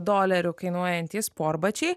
dolerių kainuojantys sportbačiai